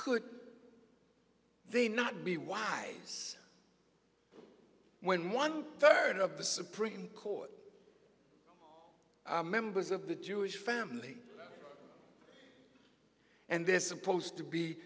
could they not be why when one third of the supreme court members of the jewish family and they're supposed to be